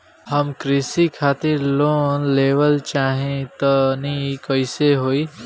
हम कृषि खातिर लोन लेवल चाहऽ तनि कइसे होई?